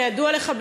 כידוע לך,